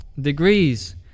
Degrees